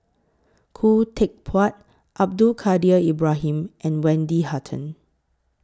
Khoo Teck Puat Abdul Kadir Ibrahim and Wendy Hutton